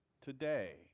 today